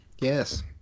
Yes